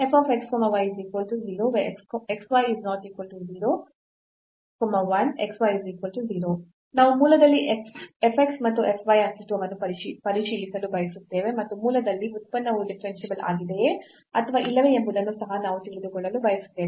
ನಾವು ಮೂಲದಲ್ಲಿ f x ಮತ್ತು f y ಅಸ್ತಿತ್ವವನ್ನು ಪರಿಶೀಲಿಸಲು ಬಯಸುತ್ತೇವೆ ಮತ್ತು ಮೂಲದಲ್ಲಿ ಉತ್ಪನ್ನವು ಡಿಫರೆನ್ಸಿಬಲ್ ಆಗಿದೆಯೇ ಅಥವಾ ಇಲ್ಲವೇ ಎಂಬುದನ್ನು ಸಹ ನಾವು ತಿಳಿದುಕೊಳ್ಳಲು ಬಯಸುತ್ತೇವೆ